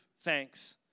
thanks